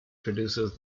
produces